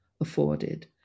afforded